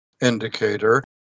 indicator